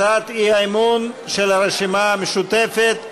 הצעת האי-אמון של הרשימה המשותפת,